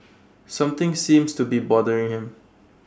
something seems to be bothering him